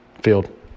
Field